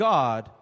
God